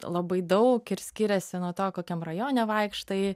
labai daug ir skiriasi nuo to kokiam rajone vaikštai